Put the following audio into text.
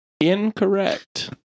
Incorrect